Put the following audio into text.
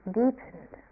deepened